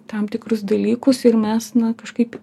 tam tikrus dalykus ir mes na kažkaip